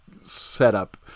setup